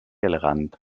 elegant